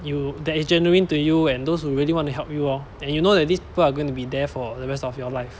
you that is genuine to you and those who really want to help you orh and you know that these people are going to be there for the rest of your life